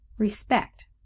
respect